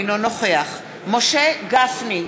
אינו נוכח משה גפני,